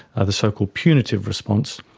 the so-called punitive response,